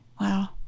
wow